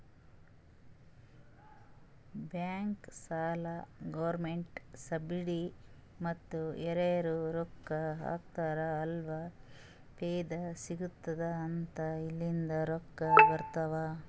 bank, ಸಾಲ, government subsidy ಮತ್ತ ಯಾರರೇ ರೊಕ್ಕಾ ಹಾಕ್ತಾರ್ ಅಲ್ಲ ಫೈದಾ ಸಿಗತ್ತುದ್ ಅಂತ ಇಲ್ಲಿಂದ್ ರೊಕ್ಕಾ ಬರ್ತಾವ್